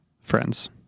Friends